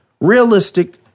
realistic